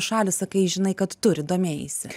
šalys sakai žinai kad turi domėjaisi